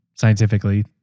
scientifically